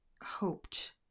hoped